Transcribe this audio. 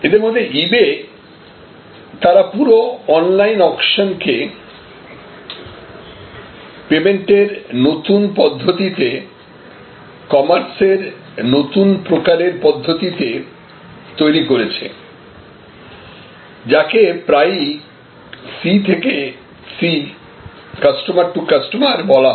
এদের মধ্যে ইবে তারা পুরো অনলাইন অকশনকে পেমেন্টের নতুন পদ্ধতিতে কমার্সের নতুন প্রকারের পদ্ধতিতে তৈরি করেছে যাকে প্রায়ই C থেকে C বলা হয়